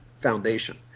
foundation